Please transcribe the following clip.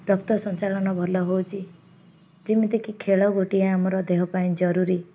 ରକ୍ତ ସଞ୍ଚାଳନ ଭଲ ହେଉଛି ଯେମିତିକି ଖେଳ ଗୋଟିଏ ଆମର ଦେହ ପାଇଁ ଜରୁରୀ